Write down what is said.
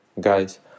guys